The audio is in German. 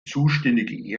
zuständige